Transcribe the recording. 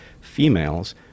Females